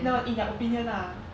no in their opinion lah